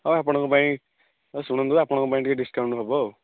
ହଁ ଆପଣ ଙ୍କ ପାଇଁ ହଉ ଶୁଣନ୍ତୁ ଆପଣ ଙ୍କ ପାଇଁ ଟିକେ ଡିସକାଉଣ୍ଟ ହେବ ଆଉ